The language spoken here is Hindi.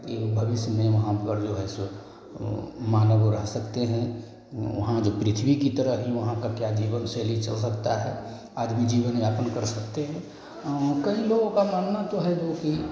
यह भविष्य में वहाँ पर जो है जो सो मानव रह सकते हैं वहाँ जो पृथ्वी की तरह वहाँ का क्या जीवन शैली चल सकता है आदमी जीवन यापन कर सकते हैं कई लोगों का कहना तो जो है कि